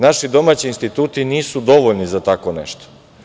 Naši domaći instituti nisu dovoljni za tako nešto.